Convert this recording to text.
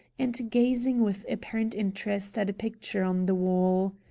and gazing with apparent interest at a picture on the wall.